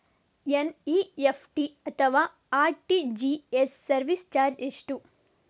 NEFT ಅಥವಾ RTGS service charge ಎಷ್ಟು?